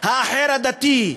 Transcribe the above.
האחר הדתי,